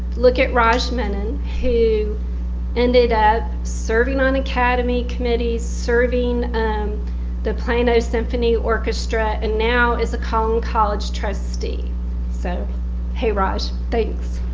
look at raj manin who ended up serving on academy committees, serving the plano symphony orchestra and now is a collin college trustee so hey raj. thanks.